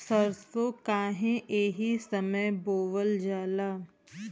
सरसो काहे एही समय बोवल जाला?